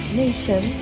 nation